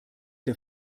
der